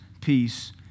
peace